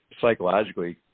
psychologically